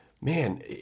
Man